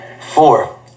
Four